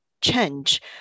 change